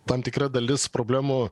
tam tikra dalis problemų